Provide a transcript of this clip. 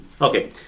Okay